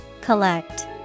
collect